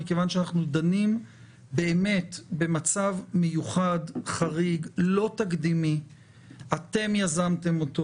מכיוון שאנחנו דנים במצב מיוחד שאתם יזמתם אותו,